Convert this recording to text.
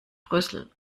brüssel